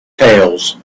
tails